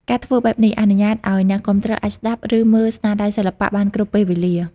ការធ្វើបែបនេះអនុញ្ញាតឲ្យអ្នកគាំទ្រអាចស្ដាប់ ឬមើលស្នាដៃសិល្បៈបានគ្រប់ពេលវេលា។